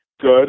good